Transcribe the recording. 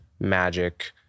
magic